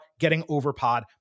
gettingoverpod